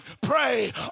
Pray